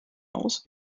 aus